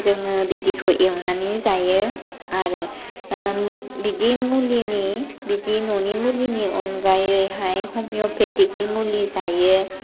जोङो बिदिखौ एवनानै जायो आरो बिदि मुलिनि बिदि ननि मुलिनि अनगायैहाय हमिय'पेटिकनि मुलि जायो